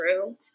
true